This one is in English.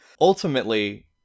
Ultimately